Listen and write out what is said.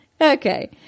Okay